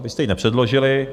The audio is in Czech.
Vy jste ji nepředložili.